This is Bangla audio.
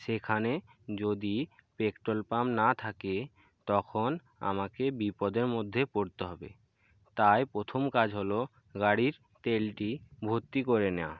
সেখানে যদি পেট্রোল পাম্প না থাকে তখন আমাকে বিপদের মধ্যে পড়তে হবে তাই প্রথম কাজ হল গাড়ির তেলটি ভর্তি করে নেওয়া